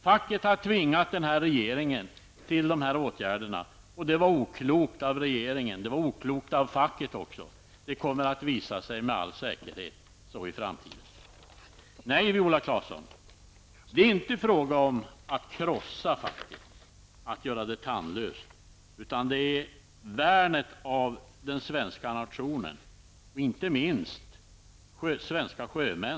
Facket har tvingat denna regering till dessa åtgärder, vilket var oklokt av regeringen och av facket. Detta kommer med all säkerhet att visa sig i framtiden. Nej, Viola Claesson, det är inte fråga om att krossa facket eller att göra det tandlöst, utan det är fråga om värnet om den svenska nationen, och inte minst om svenska sjömän.